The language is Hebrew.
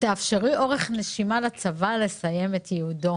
תאפשרי אורך נשימה לצבא לסיים את ייעודו.